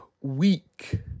Week